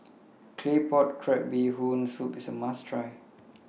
Claypot Crab Bee Hoon Soup IS A must Try